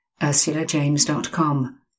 UrsulaJames.com